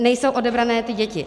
Nejsou odebrané ty děti.